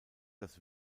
das